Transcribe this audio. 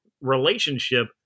relationship